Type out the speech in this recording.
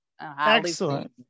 Excellent